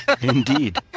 Indeed